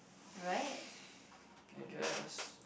I guess